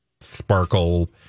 sparkle